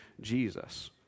Jesus